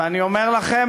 ואני אומר לכם,